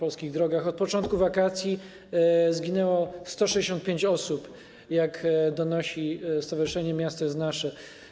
Od początku wakacji zginęło 165 osób, jak donosi stowarzyszenie Miasto Jest Nasze.